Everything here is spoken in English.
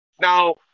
Now